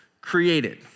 created